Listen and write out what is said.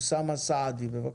אוסאמה סעדי, בבקשה.